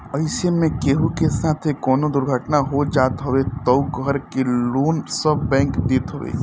अइसे में केहू के साथे कवनो दुर्घटना हो जात हवे तअ घर के लोन सब बैंक देत हवे